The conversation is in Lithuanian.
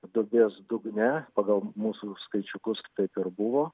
duobės dugne pagal mūsų skaičiukus taip ir buvo